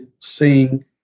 seeing